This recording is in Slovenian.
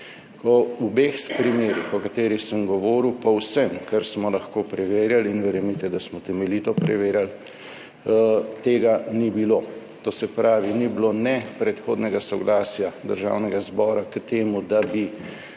Ko v obeh primerih, o katerih sem govoril, po vsem, kar smo lahko preverjali, in verjemite, da smo temeljito preverili, tega ni bilo, to se pravi, ni bilo ne predhodnega soglasja Državnega zbora k temu, da bi